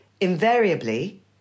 invariably